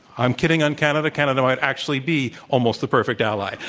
i'm kidding on canada. canada might actually be almost the perfect ally.